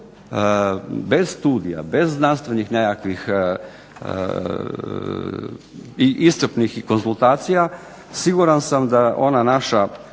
Bez studija, bez znanstvenih nekakvih iscrpnih i konzultacija siguran sam da ona naša